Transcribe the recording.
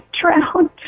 drowned